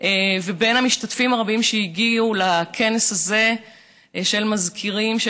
בין המשתתפים הרבים שהגיעו לכנס הזה של מזכירים של